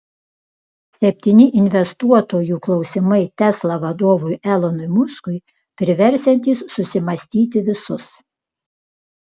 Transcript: septyni investuotojų klausimai tesla vadovui elonui muskui priversiantys susimąstyti visus